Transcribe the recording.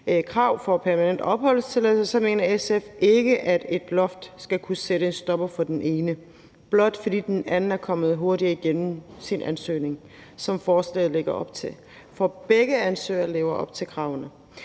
krav for permanent opholdstilladelse, så mener SF ikke, at et loft skal kunne sætte en stopper for den ene, blot fordi den anden er kommet hurtigere igennem sin ansøgning, som forslaget lægger op til, for begge ansøgere lever op til kravene.